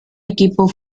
equipo